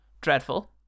dreadful